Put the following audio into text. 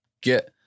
get